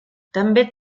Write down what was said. també